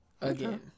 Again